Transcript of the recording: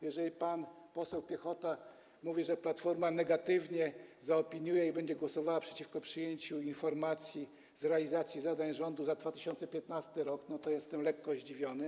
Jeżeli pan poseł Piechota mówi, że Platforma negatywnie to zaopiniuje i będzie głosowała przeciwko przyjęciu informacji na temat realizacji zadań rządu za 2015 r., to jestem lekko zdziwiony.